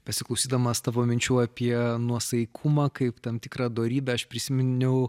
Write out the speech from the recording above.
besiklausydamas tavo minčių apie nuosaikumą kaip tam tikrą dorybę aš prisiminiau